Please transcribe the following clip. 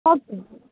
okay okay